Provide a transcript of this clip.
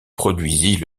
produisit